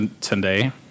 today